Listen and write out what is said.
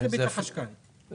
בריבית החשב הכללי.